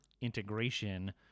integration